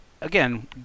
again